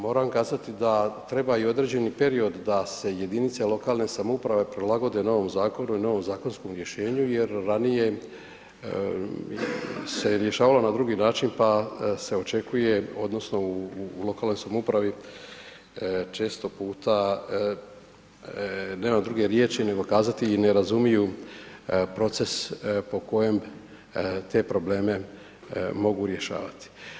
Moram kazati da treba i određeni period da se jedinice lokalne samouprave prilagode novom zakonu i novom zakonskom rješenju jer ranije se je rješavalo na drugi način pa se očekuje, odnosno u lokalnoj samoupravi često puta nemam druge riječi nego kazati ne razumiju proces po kojem te probleme mogu rješavati.